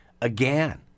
again